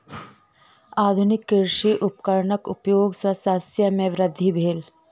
आधुनिक कृषि उपकरणक उपयोग सॅ शस्य मे वृद्धि भेल